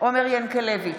עומר ינקלביץ'